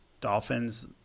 Dolphins